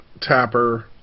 Tapper